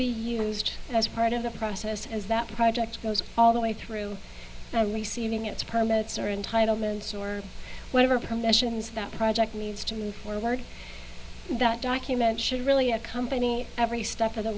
be used as part of the process as that project goes all the way through to receiving its permits or entitlements or whatever commissions that project needs to move forward that document should really accompany every step of the